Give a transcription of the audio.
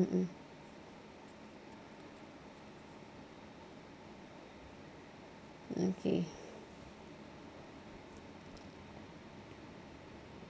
mmhmm okay